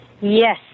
Yes